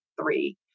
three